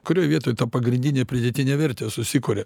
kurioj vietoj ta pagrindinė pridėtinė vertė susikuria